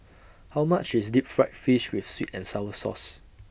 How much IS Deep Fried Fish with Sweet and Sour Sauce